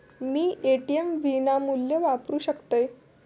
मी ATM विनामूल्य वापरू शकतय?